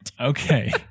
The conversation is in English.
okay